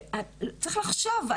צריך לחשוב.